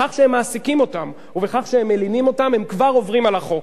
בכך שהם מעסיקים אותם ובכך שהם מלינים אותם הם כבר עוברים על החוק.